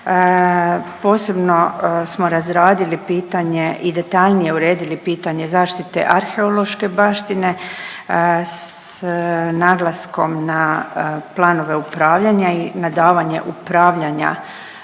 Posebno smo razradili pitanje i detaljnije uredili pitanje zaštite arheološke baštine s naglaskom na planove upravljanja i na davanje upravljanja,